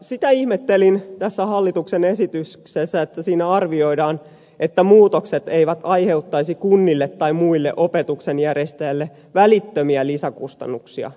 sitä ihmettelin tässä hallituksen esityksessä että siinä arvioidaan että muutokset eivät aiheuttaisi kunnille tai muille opetuksen järjestäjille välittömiä lisäkustannuksia